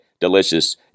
delicious